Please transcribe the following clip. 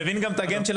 יש לי